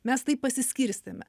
mes taip pasiskirstėme